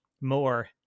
more